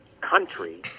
country